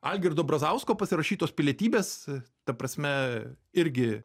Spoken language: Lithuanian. algirdo brazausko pasirašytos pilietybės ta prasme irgi